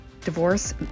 Divorce